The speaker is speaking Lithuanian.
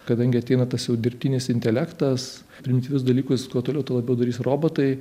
kadangi ateina tas jau dirbtinis intelektas primityvius dalykus kuo toliau tuo labiau darys robotai